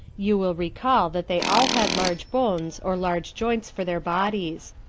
you will recall that they all had large bones or large joints for their bodies.